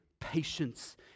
patience